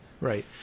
right